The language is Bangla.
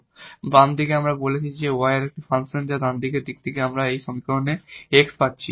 সুতরাং বাম দিকে আমরা বলছি যে এটি y এর একটি ফাংশন ডান হাতের দিক থেকে আমরা এই সমীকরণে x পাচ্ছি